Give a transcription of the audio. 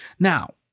Now